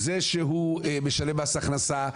זה שהוא משלם מס הכנסה,